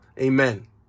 Amen